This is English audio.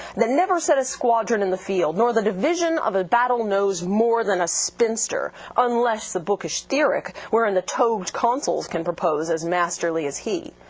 that never set a squadron in the field, nor the division of a battle knows more than a spinster unless the bookish theoric wherein the togaed consuls can propose as masterly as he.